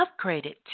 upgraded